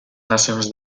nacions